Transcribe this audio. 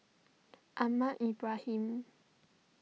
Ahmad Ibrahim